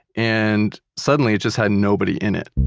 and suddenly it just had nobody in it.